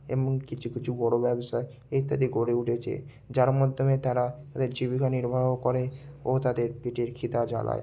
এমন কিছু কিছু বড়ো ব্যবসা ইত্যাদি গড়ে উঠেচে যার মাধ্যমে তারা তাদের জীবিকা নির্বাহ করে ও তাদের পেটের খিদা জালায়